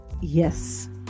Yes